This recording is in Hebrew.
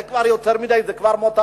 זה כבר יותר מדי, זה כבר מותרות.